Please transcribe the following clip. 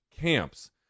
camps